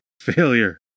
failure